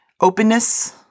openness